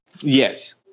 Yes